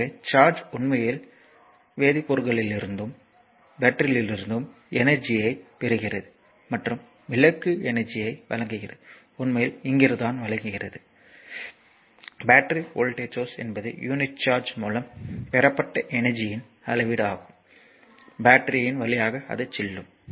எனவே சார்ஜ் உண்மையில் வேதிப்பொருட்களிலிருந்தும் பேட்டரியிலிருந்தும் எனர்ஜியைப் பெறுகிறது மற்றும் விளக்குக்கு எனர்ஜியை வழங்குகிறது உண்மையில் இங்கிருந்து உண்மையில் எனர்ஜி விளக்குக்கு வருகிறது மற்றும் பேட்டரி வோல்டேஜ் என்பது யூனிட் சார்ஜ் மூலம் பெறப்பட்ட எனர்ஜியின் அளவீடு ஆகும் பேட்டரி வழியாக ஆகும்